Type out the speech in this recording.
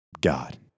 God